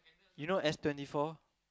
you know S twenty four